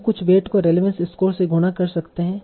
हम कुछ वेट को रेलेवंस स्कोर से गुणा कर सकते हैं